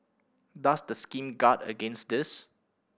does the scheme guard against this